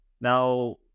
Now